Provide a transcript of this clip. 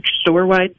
store-wide